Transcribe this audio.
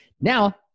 Now